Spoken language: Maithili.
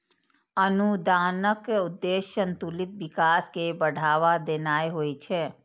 अनुदानक उद्देश्य संतुलित विकास कें बढ़ावा देनाय होइ छै